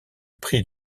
prix